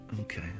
Okay